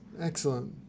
Excellent